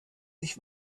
sich